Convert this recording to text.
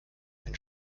ein